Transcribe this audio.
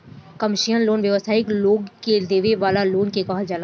commercial loan व्यावसायिक लोग के देवे वाला लोन के कहल जाला